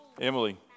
Emily